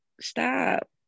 stop